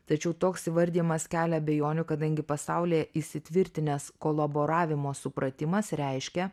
tačiau toks įvardijimas kelia abejonių kadangi pasaulyje įsitvirtinęs kolaboravimo supratimas reiškia